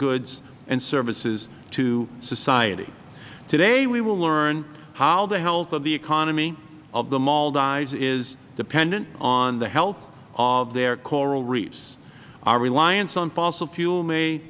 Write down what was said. goods and services to society today we will learn how the health of the economy of the maldives is dependent on the health of their coral reefs our reliance on fossil fuel may